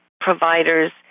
providers